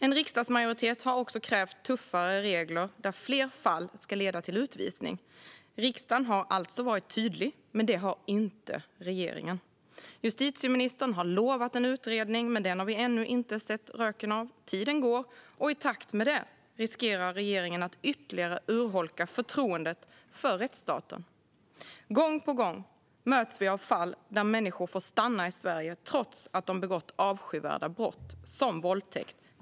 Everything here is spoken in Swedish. En riksdagsmajoritet har också krävt tuffare regler, där fler fall ska leda till utvisning. Riksdagen har alltså varit tydlig. Det har inte regeringen. Justitieministern har lovat en utredning, men den har vi ännu inte sett röken av. Tiden går, och i takt med det riskerar regeringen att ytterligare urholka förtroendet för rättsstaten. Gång på gång möts vi av fall där människor får stanna i Sverige trots att de begått avskyvärda brott som våldtäkt.